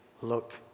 look